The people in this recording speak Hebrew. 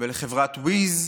לחברת Wizz,